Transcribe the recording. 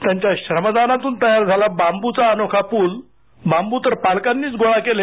त्यांच्या श्रमदानातून तयार झाला बांबूचा अनोखा पूल बांबू तर पालकांनीच गोळा केले